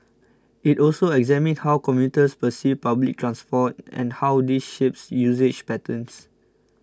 it also examined how commuters perceive public transport and how this shapes usage patterns